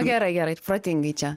gerai gerai protingai čia